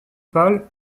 pâle